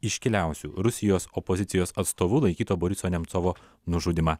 iškiliausiu rusijos opozicijos atstovu laikyto boriso nemcovo nužudymą